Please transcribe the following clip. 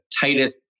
tightest